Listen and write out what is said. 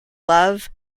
love